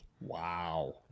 Wow